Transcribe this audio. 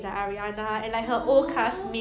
like 很 sentimental